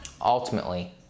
Ultimately